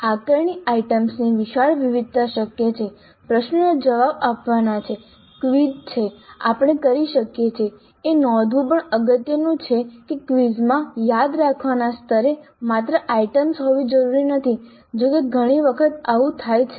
આકારણી આઇટમ્સની વિશાળ વિવિધતા શક્ય છે પ્રશ્નોના જવાબ આપવાના છે ક્વિઝ જે આપણે કરી શકીએ છીએ એ નોંધવું પણ અગત્યનું છે કે ક્વિઝમાં યાદ રાખવાના સ્તરે માત્ર આઇટમ્સ હોવી જરૂરી નથી જો કે ઘણી વખત આવું થાય છે